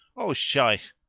o shaykh,